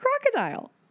crocodile